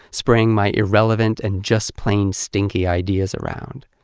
spraying my irrelevant and just-plain-stinky ideas around.